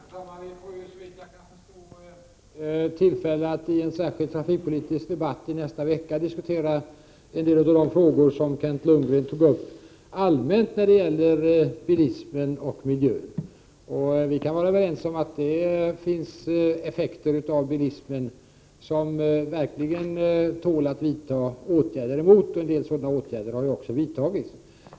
Herr talman! Såvitt jag kan förstå får vi tillfälle att i en särskild trafikpolitisk debatt i nästa vecka diskutera en del av de frågor som Kent Lundgren tog upp allmänt då det gäller bilismen och miljön. Vi kan vara överens om att det finns effekter av bilismen som det verkligen tål att vidta åtgärder emot. En del sådana åtgärder har också vidtagits.